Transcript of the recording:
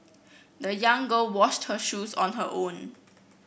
the young girl washed her shoes on her own